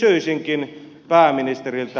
kysyisinkin pääministeriltä